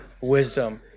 wisdom